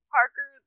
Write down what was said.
Parker